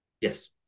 Yes